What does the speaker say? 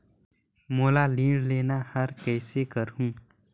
मोला ऋण लेना ह, कइसे करहुँ?